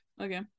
Okay